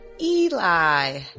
Eli